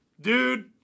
Dude